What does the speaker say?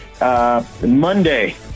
Monday